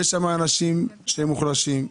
יש שם אנשים שהם מוחלשים,